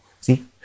See